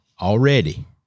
already